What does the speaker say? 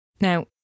Now